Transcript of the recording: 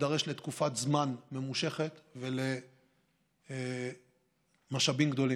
נידרש לתקופת זמן ממושכת ולמשאבים גדולים.